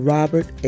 Robert